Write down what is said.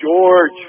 George